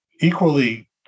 equally